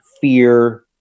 fear